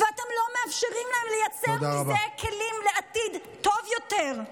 ואתם לא מאפשרים להם לייצר מזה כלים לעתיד טוב יותר.